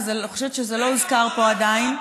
ואני חושבת שזה לא הוזכר פה עדיין,